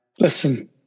Listen